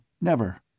never